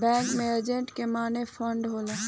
bank में asset के माने फंड होला